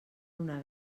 una